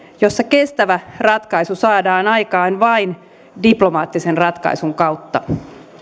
jossa kestävä ratkaisu saadaan aikaan vain diplomaattisen ratkaisun kautta